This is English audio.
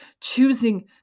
choosing